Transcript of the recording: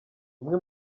umwe